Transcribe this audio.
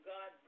God